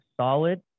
Solid